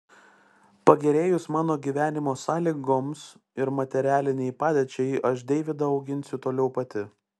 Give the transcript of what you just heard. pagerėjus mano gyvenimo sąlygoms ir materialinei padėčiai aš deivydą auginsiu toliau pati